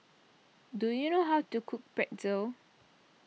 do you know how to cook Pretzel